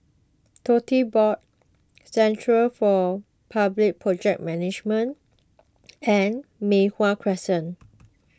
Tote Board Centre for Public Project Management and Mei Hwan Crescent